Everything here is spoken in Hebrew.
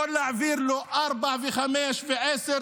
יכול להעביר לו ארבע וחמש ועשר.